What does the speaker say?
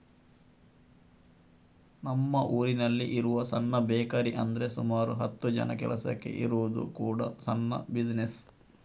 ನಮ್ಮ ಊರಿನಲ್ಲಿ ಇರುವ ಸಣ್ಣ ಬೇಕರಿ ಅಂದ್ರೆ ಸುಮಾರು ಹತ್ತು ಜನ ಕೆಲಸಕ್ಕೆ ಇರುವುದು ಕೂಡಾ ಸಣ್ಣ ಬಿಸಿನೆಸ್